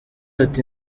ati